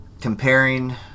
comparing